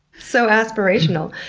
so aspirational.